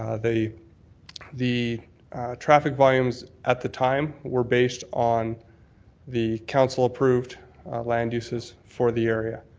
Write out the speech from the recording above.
ah the the traffic volumes at the time were based on the council approved land uses for the area,